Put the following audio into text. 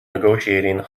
negotiating